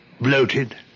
Bloated